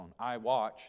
iWatch